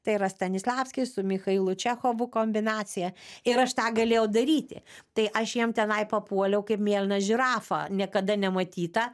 tai yra stanislavskis su michailu čechovu kombinacija ir aš tą galėjau daryti tai aš jam tenai papuoliau kaip mėlyna žirafa niekada nematyta